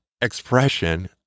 expression